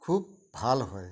খুব ভাল হয়